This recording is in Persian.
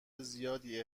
زیادی